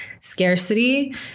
scarcity